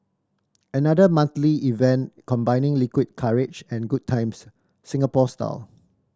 another monthly event combining liquid courage and good times Singapore style